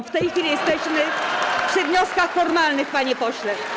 W tej chwili jesteśmy przy wnioskach formalnych, panie pośle.